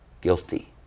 guilty